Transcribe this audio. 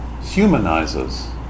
humanizes